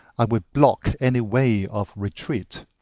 i would block any way of retreat.